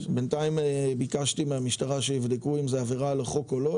בינתיים ביקשתי מהמשטרה שיבדקו אם זו עבירה על החוק או לא,